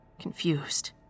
confused